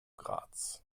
graz